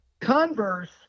Converse